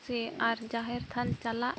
ᱥᱮ ᱟᱨ ᱡᱟᱦᱮᱨ ᱛᱷᱟᱱ ᱪᱟᱞᱟᱜ